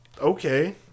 Okay